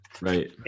Right